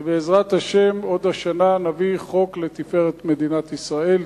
ובעזרת השם עוד השנה נביא חוק לתפארת מדינת ישראל,